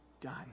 done